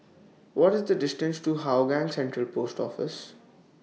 What IS The distance to Hougang Central Post Office